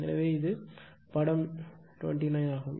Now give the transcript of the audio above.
எனவே இது படம் 29 ஆகும்